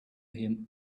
him